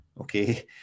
okay